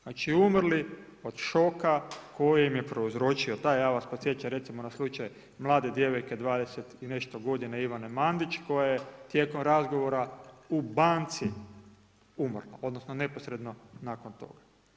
Znači umrli od šoka koji im je prouzročio taj, ja vas podsjećam recimo na slučaj mlade djevojke, 20 i nešto godina, Ivane Mandić, koja je tijekom razgovora u banci umrla, odnosno neposredno nakon toga.